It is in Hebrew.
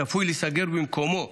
צפוי להיסגר, במקומו